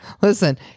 listen